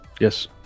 Yes